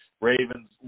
Ravens